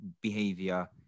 behavior